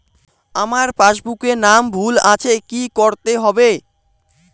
আমার পাসবুকে নাম ভুল আছে কি করতে হবে?